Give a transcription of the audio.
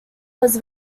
was